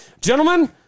Gentlemen